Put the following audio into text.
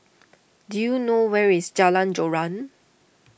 do you know where is Jalan Joran